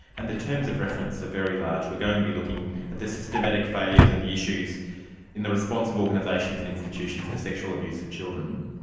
and the terms of reference are very large. we're going to be looking at the systematic failures and the issues in the response of organisations and institutions to sexual abuse of children.